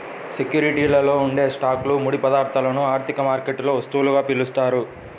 సెక్యూరిటీలలో ఉండే స్టాక్లు, ముడి పదార్థాలను ఆర్థిక మార్కెట్లలో వస్తువులుగా పిలుస్తారు